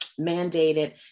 mandated